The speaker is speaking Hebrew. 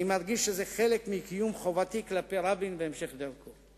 אני מרגיש שזה חלק מקיום חובתי כלפי רבין והמשך דרכו.